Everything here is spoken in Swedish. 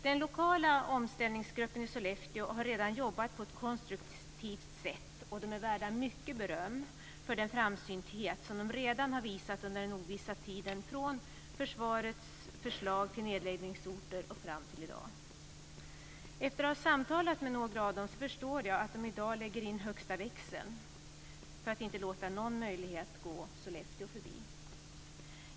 Den lokala omställningsgruppen i Sollefteå har redan jobbat på ett konstruktivt sätt. Den är värd mycket beröm för den framsynthet den redan har visat redan under den ovissa tiden från försvarets förslag till nedläggningsorter fram till i dag. Efter att ha samtalat med några av dem i gruppen förstår jag att de i dag lägger in högsta växeln för att inte låta någon möjlighet gå Sollefteå förbi.